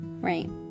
Right